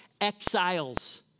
exiles